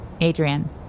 Adrian